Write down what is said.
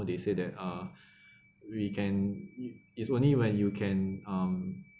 they say that uh we can it it's only when you can um